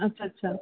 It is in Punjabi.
ਅੱਛਾ ਅੱਛਾ